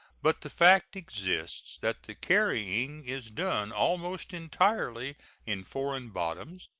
but the fact exists that the carrying is done almost entirely in foreign bottoms,